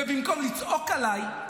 ובמקום לצעוק עליי,